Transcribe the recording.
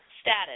Status